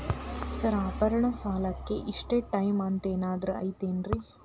Sir ಆಭರಣದ ಸಾಲಕ್ಕೆ ಇಷ್ಟೇ ಟೈಮ್ ಅಂತೆನಾದ್ರಿ ಐತೇನ್ರೇ?